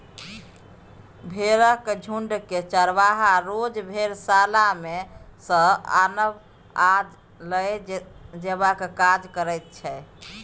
भेंड़क झुण्डकेँ चरवाहा रोज भेड़शाला सँ आनब आ लए जेबाक काज करैत छै